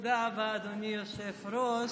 תודה רבה, אדוני היושב-ראש.